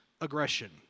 aggression